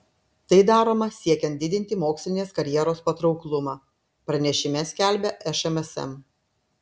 tai daroma siekiant didinti mokslinės karjeros patrauklumą pranešime skelbia šmsm